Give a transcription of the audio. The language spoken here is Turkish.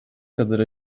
kadar